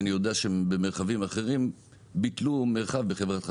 אני יודע שבמרחבים אחרים ביטלו מרחב בחברת החשמל,